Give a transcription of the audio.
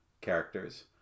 characters